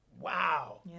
Wow